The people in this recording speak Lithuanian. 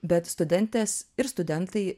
bet studentės ir studentai